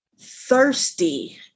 thirsty